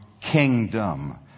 kingdom